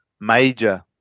major